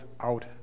out